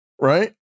right